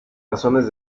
razones